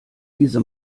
diese